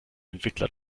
entwickler